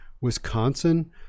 Wisconsin –